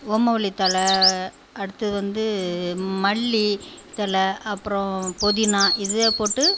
ஓமவல்லி தழை அடுத்தது வந்து மல்லி தழை அப்புறம் புதினா இதுவே போட்டு